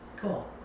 cool